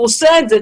הוא עושה את זה.